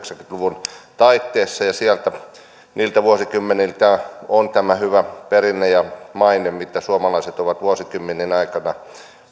luvun taitteessa ja niiltä vuosikymmeniltä on tämä hyvä perinne ja maine mitä suomalaiset ovat vuosikymmenien aikana